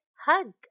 hug